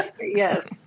Yes